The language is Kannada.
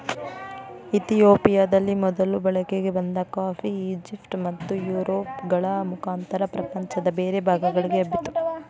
ಇತಿಯೋಪಿಯದಲ್ಲಿ ಮೊದಲು ಬಳಕೆಗೆ ಬಂದ ಕಾಫಿ, ಈಜಿಪ್ಟ್ ಮತ್ತುಯುರೋಪ್ಗಳ ಮುಖಾಂತರ ಪ್ರಪಂಚದ ಬೇರೆ ಭಾಗಗಳಿಗೆ ಹಬ್ಬಿತು